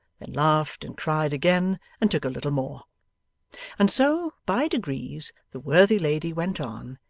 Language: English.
then laughed and cried again, and took a little more and so, by degrees, the worthy lady went on,